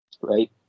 Right